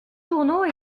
journaux